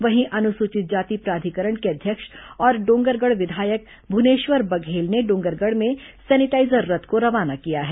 वहीं अनुसूचित जाति प्राधिकरण के अध्यक्ष और डोंगरगढ़ विधायक भुनेश्वर बघेल ने डोंगरगढ़ में सेनिटाईजर रथ को रवाना किया है